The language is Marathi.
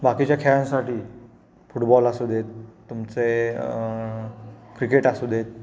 बाकीच्या खेळांसाठी फुटबॉल असूदेत तुमचे क्रिकेट असूदेत